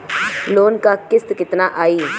Loan क किस्त कितना आई?